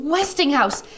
Westinghouse